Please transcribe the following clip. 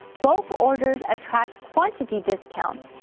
bulk orders attract quantity discounts.